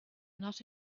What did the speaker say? not